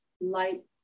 light